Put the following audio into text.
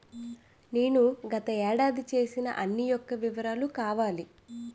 నేను గత ఏడాది చేసిన అన్ని యెక్క వివరాలు కావాలి?